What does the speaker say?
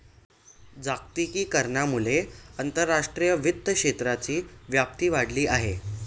जागतिकीकरणामुळे आंतरराष्ट्रीय वित्त क्षेत्राची व्याप्ती वाढली आहे